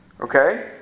Okay